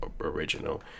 original